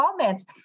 comments